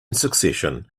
succession